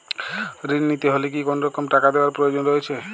ঋণ নিতে হলে কি কোনরকম টাকা দেওয়ার প্রয়োজন রয়েছে?